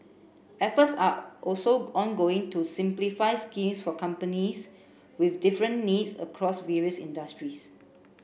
efforts are also ongoing to simplify schemes for companies with different needs across various industries